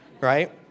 right